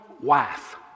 wife